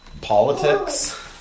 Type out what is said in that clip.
politics